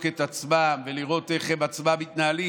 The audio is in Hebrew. את עצמם ולראות איך הם עצמם מתנהלים,